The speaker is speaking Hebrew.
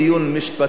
על השלום,